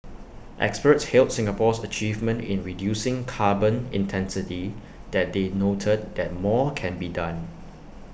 experts hailed Singapore's achievement in reducing carbon intensity that they noted that more can be done